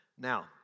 Now